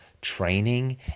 training